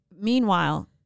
Meanwhile